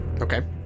Okay